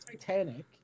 Titanic